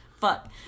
fuck